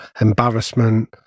embarrassment